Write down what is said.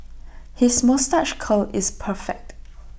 his moustache curl is perfect